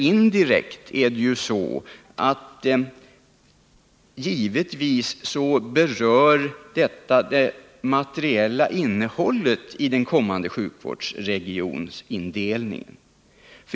Indirekt berör detta givetvis det materiella innehållet i det förslag som rör den kommande sjukvårdsindelningen.